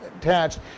attached